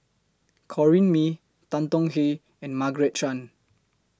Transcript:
Corrinne May Tan Tong Hye and Margaret Chan